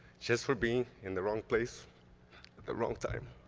just for being in the wrong place at the wrong time.